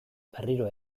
berriro